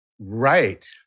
Right